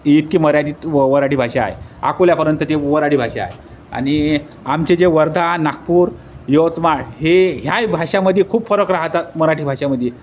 इतकी मराठीत व वऱ्हाडी भाषा आहे अकोल्यापर्यंत ते वऱ्हाडी भाषा आहे आणि आमचे जे वर्धा नागपूर यवतमाळ हे ह्याही भाषामध्ये खूप फरक राहतात मराठी भाषामध्ये